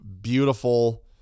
beautiful